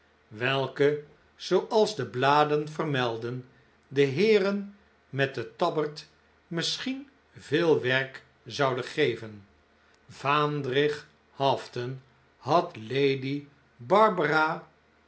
welke zooals de bladen vermelden de heeren met den tabberd misschien veel werk zouden geven vaandrig hafton had lady barbara